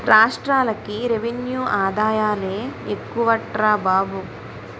రాష్ట్రాలకి రెవెన్యూ ఆదాయాలే ఎక్కువట్రా బాబు